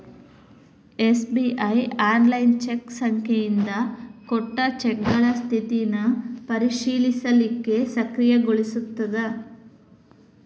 SBI online cheque ಸಂಖ್ಯೆಯಿಂದ ಕೊಟ್ಟ ಚೆಕ್ಗಳ ಸ್ಥಿತಿನ ಪರಿಶೇಲಿಸಲಿಕ್ಕೆ ಸಕ್ರಿಯಗೊಳಿಸ್ತದ